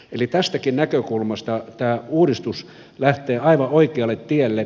eli tästäkin näkökulmasta tämä uudistus lähtee aivan oikealle tielle